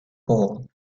paul